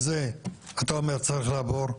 אתה אומר שזה צריך לעבור.